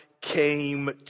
came